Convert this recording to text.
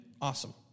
Awesome